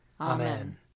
Amen